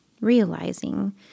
realizing